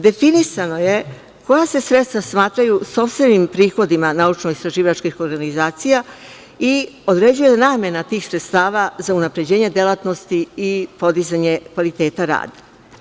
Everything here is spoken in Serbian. Definisano je koja se sredstva smatraju sopstvenim prihodima naučno-istraživačkim prihodima, naučno-istraživačkih organizacija i određuje namena tih sredstava za unapređenje delatnosti i podizanje kvaliteta rada.